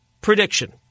Prediction